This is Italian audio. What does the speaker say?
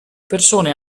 persone